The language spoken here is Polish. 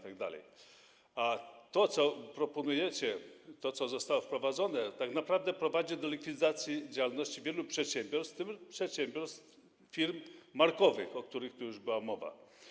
To, co proponujecie, to, co zostało wprowadzone, tak naprawdę prowadzi do likwidacji działalności wielu przedsiębiorstw, w tym przedsiębiorstw, firm markowych, o których tu już była mowa.